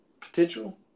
potential